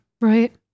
Right